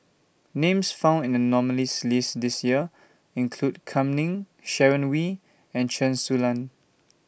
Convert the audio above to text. Names found in The nominees' list This Year include Kam Ning Sharon Wee and Chen Su Lan